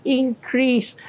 increase